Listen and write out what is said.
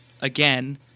again